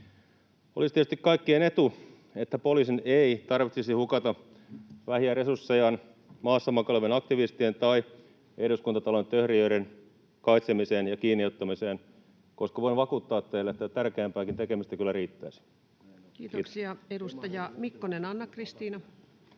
Olisi tietysti kaikkien etu, että poliisin ei tarvitsisi hukata vähiä resurssejaan maassa makaavien aktivistien tai Eduskuntatalon töhrijöiden kaitsemiseen ja kiinniottamiseen, koska voin vakuuttaa teille, että tärkeämpääkin tekemistä kyllä riittäisi. Kiitoksia. — Edustaja Mikkonen, Anna-Kristiina.